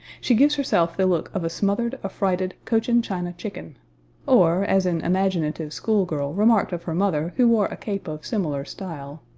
she gives herself the look of a smothered, affrighted cochin china chicken or, as an imaginative school-girl remarked of her mother who wore a cape of similar style,